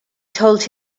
told